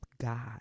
God